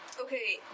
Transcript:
Okay